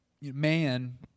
man